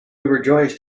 rejoiced